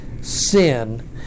sin